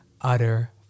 utter